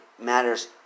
matters